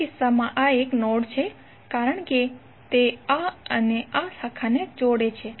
હવે આ કિસ્સામાં આ નોડ છે કારણ કે તે આ અને આ શાખાને જોડે છે